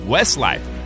Westlife